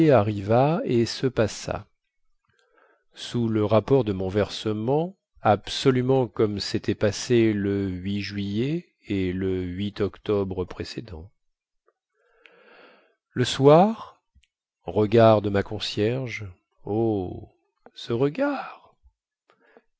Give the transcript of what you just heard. arriva et se passa sous le rapport de mon versement absolument comme sétaient passés le juillet et le octobre précédents le soir regard de ma concierge oh ce